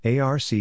ARC